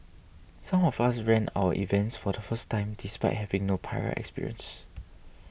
some of us ran our events for the first time despite having no prior experience